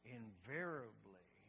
invariably